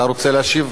אתה רוצה להשיב?